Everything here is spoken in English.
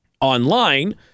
online